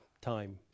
time